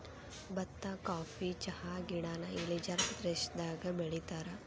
ಬತ್ತಾ ಕಾಫಿ ಚಹಾಗಿಡಾನ ಇಳಿಜಾರ ಪ್ರದೇಶದಾಗ ಬೆಳಿತಾರ